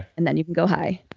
and then you can go high